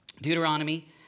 Deuteronomy